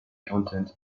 content